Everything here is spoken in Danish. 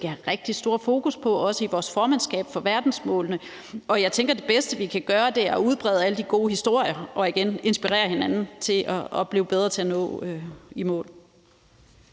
have rigtig stort fokus på, også i vores formandskab for verdensmålene. Jeg tænker, at det bedste, vi kan gøre, er at udbrede alle de gode historier og inspirere hinanden til at blive bedre til at nå i mål.